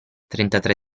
trentatré